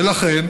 ולכן,